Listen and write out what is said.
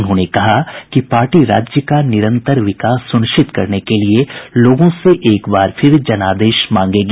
उन्होंने कहा कि पार्टी राज्य का निरंतर विकास सुनिश्चित करने के लिए लोगों से एक बार फिर जनादेश मांगेगी